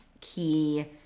key